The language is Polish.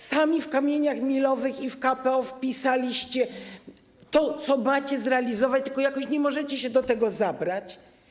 Sami w kamieniach milowych i w KPO wpisaliście to, co macie zrealizować, tylko jakoś nie możecie się do tego zabrać.